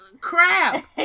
Crap